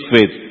Faith